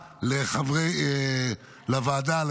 לוועדה,